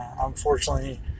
unfortunately